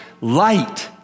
light